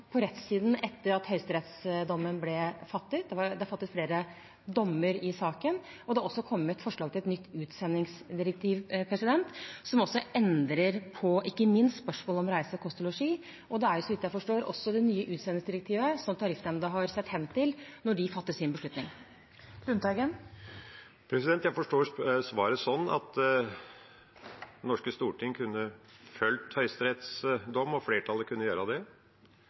er fattet flere dommer i saken, og det har også kommet forslag til et nytt utsendingsdirektiv, som ikke minst også endrer på spørsmålet om reise, kost og losji. Det er også, så vidt jeg forstår, det nye utsendingsdirektivet Tariffnemnda har sett hen til når de fattet sin beslutning. Per Olaf Lundteigen – til oppfølgingsspørsmål. Jeg forstår svaret sånn at Det norske storting kunne fulgt Høyesteretts dom – flertallet kunne gjøre det.